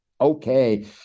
okay